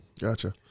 gotcha